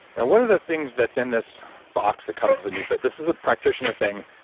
and one of the things that's in this box that comes with the neufit. this is a practitioner thing,